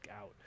out